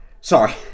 sorry